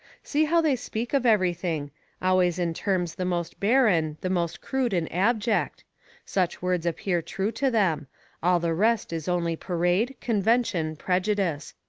see how they speak of everything always in terms the most barren, the most crude and abject such words appear true to them all the rest is only parade, convention, prejudice.